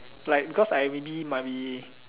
like because I maybe might be